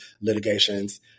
litigations